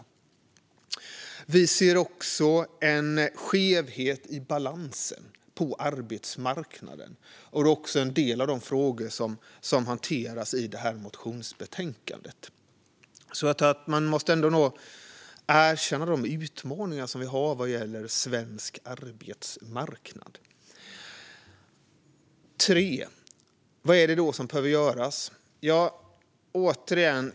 Vi ser också en skevhet i balansen på arbetsmarknaden, och det är också en del av de frågor som hanteras i detta motionsbetänkande. Man måste erkänna de utmaningar som vi har vad gäller svensk arbetsmarknad. För det tredje: Vad är det då som behöver göras?